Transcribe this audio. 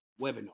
webinar